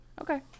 Okay